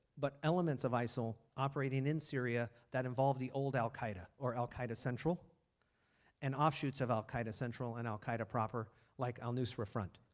but elements of isil operating in syria that involve the old al qaeda or al qaeda central and offshoots of al qaeda central and al qaeda proper like al-nusra front.